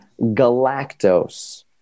galactose